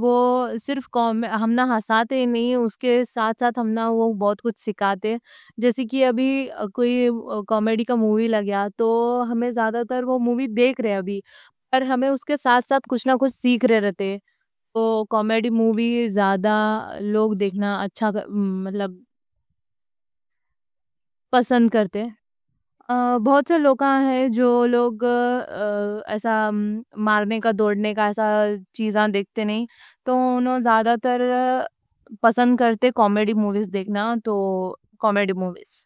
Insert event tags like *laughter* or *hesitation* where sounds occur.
میں صرف ہساتے ہی نہیں، بہت کچھ سکھاتے۔ جیسے کی کومیڈی کا مووی لگیا، اس میں جو زیادہ تر مووی دیکھ رہے، پر اس کے ساتھ زیادہ تر کچھ نہ کچھ سیکھ رہے۔ تو کومیڈی مووی زیادہ دیکھنا لوگ اچھا *hesitation* مطلب۔ موویز زیادہ دیکھنے کا *hesitation* پسند کرتے۔ لوگ ہیں *hesitation* جو مارنے کا دوڑنے کا پسند کرتے نہیں، تو کومیڈی موویز زیادہ دیکھنے کا پسند کرتے لوگ ہیں۔ تو کومیڈی موویز۔